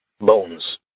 bones